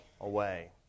away